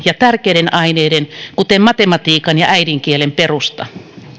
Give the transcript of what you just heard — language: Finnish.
ja tärkeiden aineiden kuten matematiikan ja äidinkielen perusta